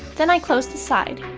then i close the side.